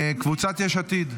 קבוצת יש עתיד?